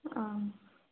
ಆಂ